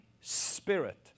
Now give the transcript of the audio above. spirit